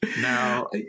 Now